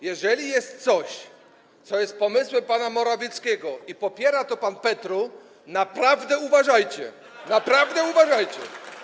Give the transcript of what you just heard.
Jeżeli jest coś, co jest pomysłem pana Morawieckiego, i popiera to pan Petru - naprawdę uważajcie, naprawdę uważajcie.